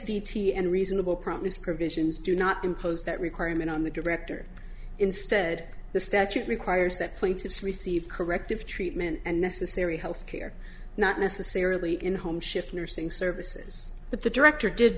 d t and reasonable promise provisions do not impose that requirement on the director instead the statute requires that plaintiffs receive corrective treatment and necessary health care not necessarily in home shift nursing services but the director did